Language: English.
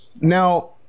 now